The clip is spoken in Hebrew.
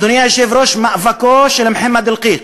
אדוני היושב-ראש, מאבקו של מוחמד אלקיק,